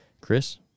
Chris